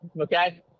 Okay